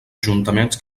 ajuntaments